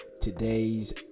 today's